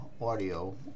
audio